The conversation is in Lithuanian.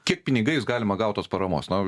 kiek pinigais galima gaut tos paramos na